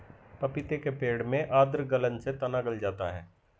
पपीते के पेड़ में आद्र गलन से तना गल जाता है